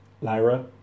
Lyra